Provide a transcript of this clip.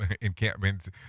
encampments